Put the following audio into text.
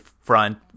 front